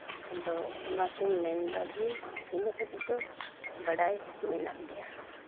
ᱟᱫᱚ ᱚᱱᱟᱛᱤᱧ ᱢᱮᱱᱫᱟ ᱡᱮ ᱤᱱᱟᱹ ᱦᱟᱹᱵᱤᱡ ᱫᱚ ᱵᱟᱰᱟᱭ ᱢᱮᱱᱟᱜ ᱜᱮᱭᱟ